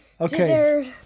Okay